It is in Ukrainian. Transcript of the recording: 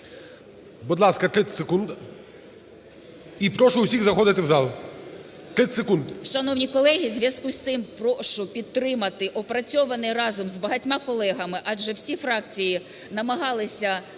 Будь ласка, 30 секунд. І прошу всіх заходити в зал. 30 секунд.